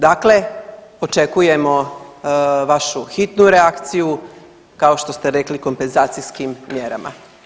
Dakle, očekujemo vašu hitnu reakciju kao što ste rekli kompenzacijskim mjerama.